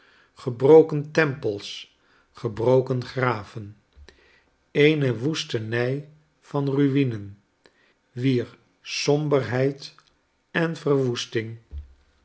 gebroken tempels gebroken graven eene woestenij van rumen wier somberheid en verwoesting